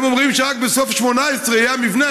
הם אומרים שרק בסוף 2018 יהיה המבנה,